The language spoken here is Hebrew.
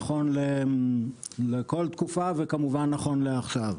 נכון לכל תקופה וכמובן נכון לעכשיו.